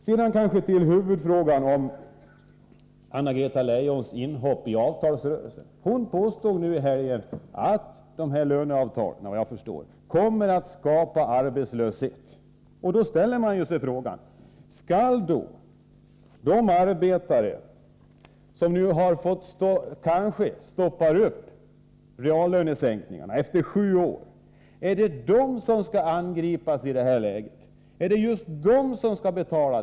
Sedan till huvudfrågan — Anna-Greta Leijons inhopp i avtalsrörelsen. Hon påstod — såvitt jag förstår — att de här löneavtalen kommer att skapa arbetslöshet. Då ställer man sig frågan: Skall de här arbetarna som nu kanske stoppar upp reallönesänkningar efter sju år angripas i detta läge? Är det just de som skall betala?